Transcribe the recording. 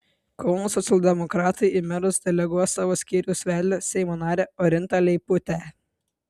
kauno socialdemokratai į merus deleguos savo skyriaus vedlę seimo narę orintą leiputę